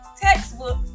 textbook